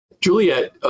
JULIET